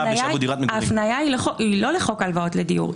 ההבניה היא לא לחוק ההלוואות לדיור,